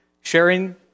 sharing